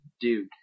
dude